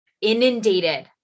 inundated